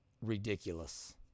ridiculous